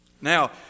Now